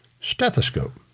Stethoscope